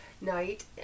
night